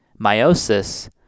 meiosis